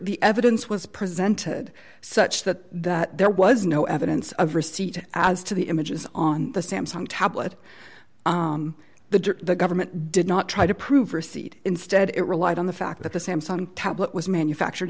the evidence was presented such that there was no evidence of receipt as to the images on the samsung tablet the government did not try to prove receipt instead it relied on the fact that the samsung tablet was manufactured